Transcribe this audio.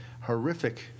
horrific